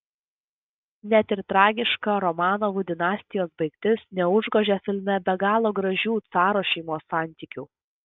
net ir tragiška romanovų dinastijos baigtis neužgožia filme be galo gražių caro šeimos santykių